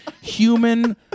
human